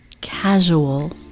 casual